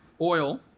oil